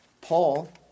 Paul